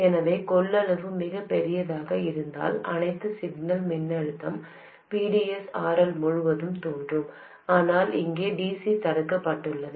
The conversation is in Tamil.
எனவே கொள்ளளவு மிகப் பெரியதாக இருந்தால் அனைத்து சிக்னல் மின்னழுத்தம் VDS RL முழுவதும் தோன்றும் ஆனால் இங்கே dc தடுக்கப்பட்டுள்ளது